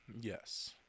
Yes